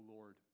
Lord